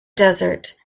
desert